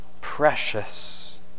precious